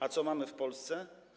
A co mamy w Polsce?